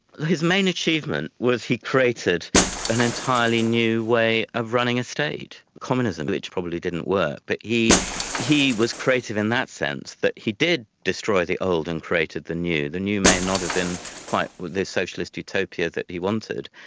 his main achievement was he created an entirely new way of running a state, communism, which probably didn't work, but he he was creative in that sense, that he did destroy the old and created the new. the new may and not have been quite the socialist utopia that he wanted,